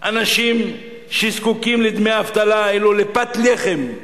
אנשים שזקוקים לדמי האבטלה האלו לפת לחם.